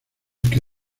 que